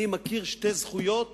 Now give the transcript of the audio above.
אני מכיר שתי זכויות